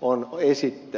on esittää